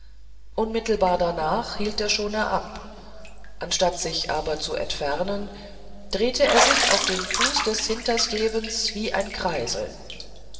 unmittelbar danach hielt der schoner ab anstatt sich aber zu entfernen drehte er sich auf dem fuß des hinterstevens wie ein kreisel